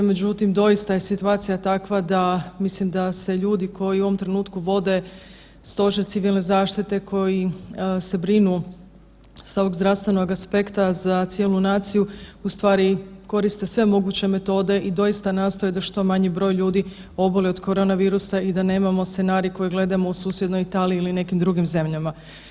Međutim, doista je situacija takva da, mislim da se ljudi koji u ovom trenutku vode Stožer civilne zaštite koji se brinu sa ovog zdravstvenog aspekta za cijelu naciju u stvari koriste sve moguće metode i doista nastoje da što manji broj ljudi oboli od koronavirusa i da nemamo scenarij koji gledamo u susjednoj Italiji ili nekim drugim zemljama.